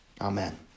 Amen